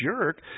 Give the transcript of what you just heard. jerk